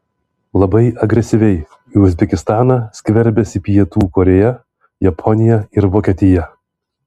labai agresyviai į uzbekistaną skverbiasi pietų korėja japonija ir vokietija